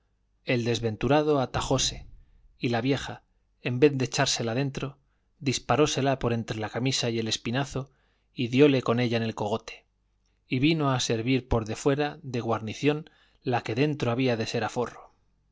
el desventurado atajóse y la vieja en vez de echársela dentro disparósela por entre la camisa y el espinazo y diole con ella en el cogote y vino a servir por defuera de guarnición la que dentro había de ser aforro